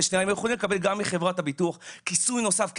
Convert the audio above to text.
הם היו יכולים לקבל גם מחברת הביטוח כיסוי נוסף,